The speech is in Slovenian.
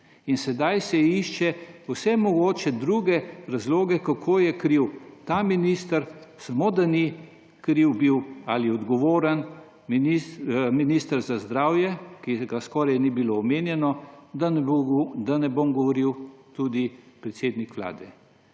sedaj se išče vse mogoče druge razloge, kako je kriv ta minister, samo da ni bil kriv ali odgovoren minister za zdravje, ki skoraj ni bil omenjen, da ne bom govoril tudi predsednik Vlade.